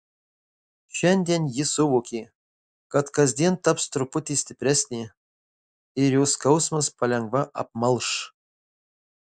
šiandien ji suvokė kad kasdien taps truputį stipresnė ir jos skausmas palengva apmalš